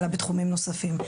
אלא בתחומים נוספים.